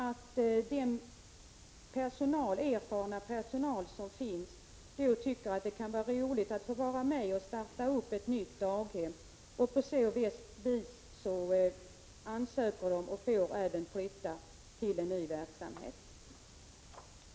Den erfarna personal som finns tycker då att det är roligt att vara med och starta ett nytt daghem och ansöker därför om att få flytta till ny verksamhet.